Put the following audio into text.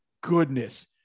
goodness